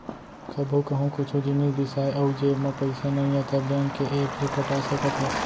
कभू कहूँ कुछु जिनिस बिसाए अउ जेब म पइसा नइये त बेंक के ऐप ले पटा सकत हस